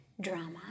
drama